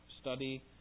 study